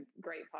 great